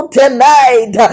tonight